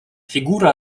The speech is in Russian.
фигура